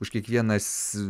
už kiekvienas